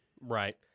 Right